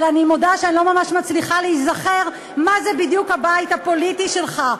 אבל אני מודה שאני לא ממש מצליחה להיזכר מה זה בדיוק הבית הפוליטי שלך,